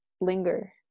linger